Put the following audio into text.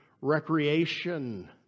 recreation